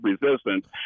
resistance